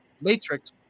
Matrix